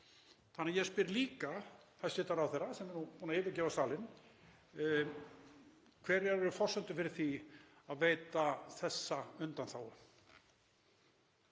Þannig að ég spyr líka hæstv. ráðherra, sem er nú búinn að yfirgefa salinn: Hverjar eru forsendur fyrir því að veita þessa undanþágu?